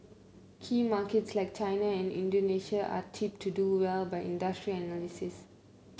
key markets like China and Indonesia are tipped to do well by industry analysts